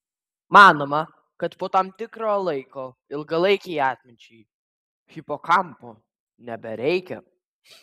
manoma kad po tam tikro laiko ilgalaikei atminčiai hipokampo nebereikia